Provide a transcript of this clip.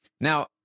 now